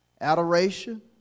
adoration